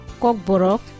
Kokborok